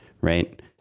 right